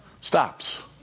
Stops